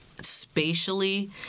spatially